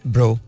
Bro